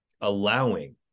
allowing